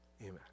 amen